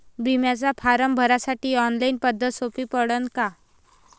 बिम्याचा फारम भरासाठी ऑनलाईन पद्धत सोपी पडन का?